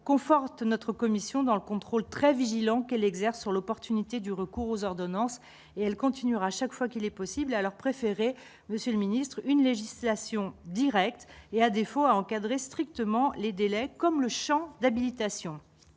conforte notre commission dans le contrôle très vigilant qu'elle exerce sur l'opportunité du recours aux ordonnances et elle continuera à chaque fois qu'il est possible à leur préféré, monsieur le Ministre, une législation Direct et, à défaut, à encadrer strictement les délais comme le Champ d'habilitation,